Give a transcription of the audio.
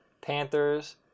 Panthers